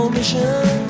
Mission